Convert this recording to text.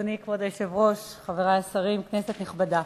כבוד היושב-ראש, חברי השרים, כנסת נכבדה,